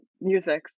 music